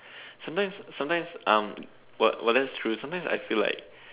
sometimes sometimes that's true sometimes I feel like